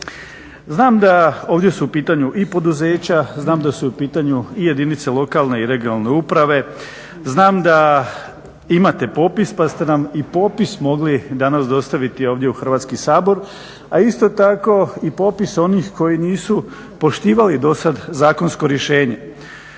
Znam da su ovdje u pitanju i poduzeća, znam da su u pitanju i jedinice lokalne i regionalne uprave, znam imate popis pa ste nam i popis mogli danas dostaviti ovdje u Hrvatski sabora, a isto tako i popis onih koji nisu poštivali do sad zakonsko rješenje.